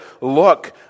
look